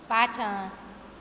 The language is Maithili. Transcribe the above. पाछाँ